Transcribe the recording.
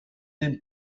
den